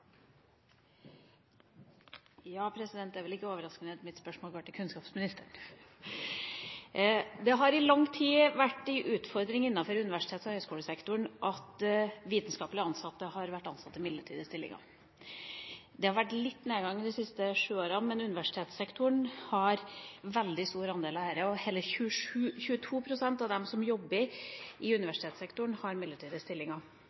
Det er vel ikke overraskende at mitt spørsmål går til kunnskapsministeren. Det har i lang tid vært en utfordring innenfor universitets- og høyskolesektoren at vitenskapelig ansatte har vært ansatt i midlertidige stillinger. Det har vært litt nedgang de siste sju åra, men universitetssektoren har veldig stor andel her, og hele 22 pst. av dem som jobber i universitetssektoren, har midlertidige stillinger.